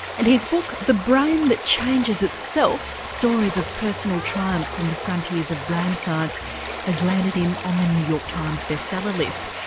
and his book the brain that changes itself stories of personal triumph from the frontiers of the brain science has landed him on the new york times best seller list.